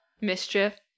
Mischief